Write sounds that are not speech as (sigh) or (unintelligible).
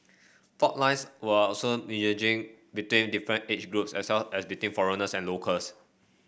fault lines were also (unintelligible) between different age groups as well as between foreigners and locals